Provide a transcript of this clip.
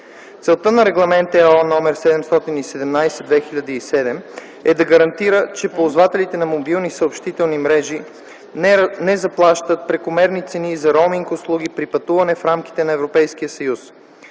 Целта на Регламент (ЕО) № 717/2007 е да гарантира, че ползвателите на мобилни съобщителни мрежи не заплащат прекомерни цени за роуминг услуги при пътуване в рамките на Европейския съюз.